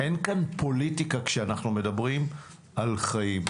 אין כאן פוליטיקה כשאנחנו מדברים על חיים.